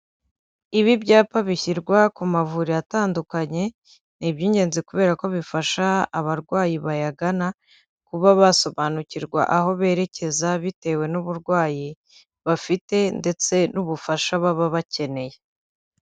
Ibi byapa bishyirwa ku mavuriro atandukanye, ni iby'ingenzi kubera ko bifasha abarwayi bayagana kuba basobanukirwa aho berekeza bitewe n'uburwayi bafite ndetse n'ubufasha baba bakeneye.